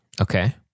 Okay